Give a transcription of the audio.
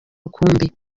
rukumbi